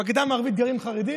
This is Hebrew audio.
בגדה המערבית גרים חרדים?